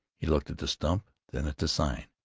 he looked at the stump, then at the sign,